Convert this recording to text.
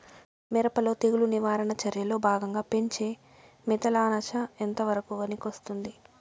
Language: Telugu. మిరప లో తెగులు నివారణ చర్యల్లో భాగంగా పెంచే మిథలానచ ఎంతవరకు పనికొస్తుంది?